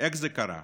איך זה קרה,